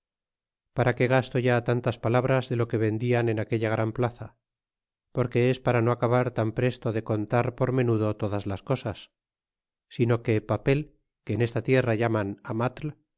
para qué gasto ya tantas palabras de lo que vendían en aquella gran plaza porque es para no acabar tan presto de contar por menudo todas las cosas sino que papel que en esta tierra llaman amatl y